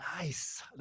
Nice